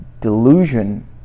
delusion